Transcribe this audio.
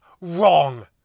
wrong